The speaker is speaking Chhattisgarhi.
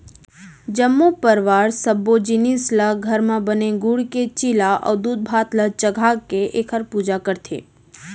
जम्मो परवार सब्बो जिनिस ल घर म बने गूड़ के चीला अउ दूधभात ल चघाके एखर पूजा करथे